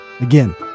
Again